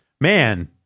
Man